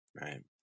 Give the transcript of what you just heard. right